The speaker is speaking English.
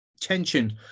tension